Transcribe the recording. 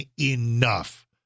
enough